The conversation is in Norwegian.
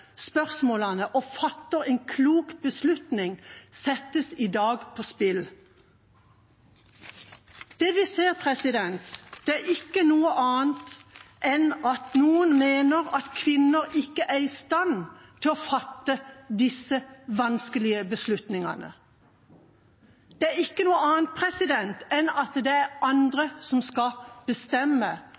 spørsmålene og fatter en klok beslutning, settes i dag på spill. Det vi ser, er ikke noe annet enn at noen mener at kvinner ikke er i stand til å fatte disse vanskelige beslutningene. Det er ikke noe annet enn at det er andre som skal bestemme